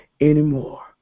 anymore